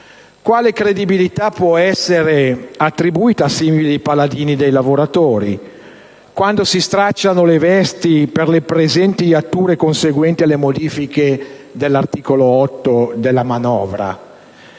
Quale credibilità può essere attribuita a simili paladini dei lavoratori, quando si stracciano le vesti per le presunte iatture conseguenti alle modifiche all'articolo 8 della manovra?